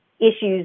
issues